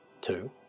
Two